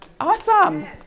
Awesome